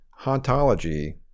Hauntology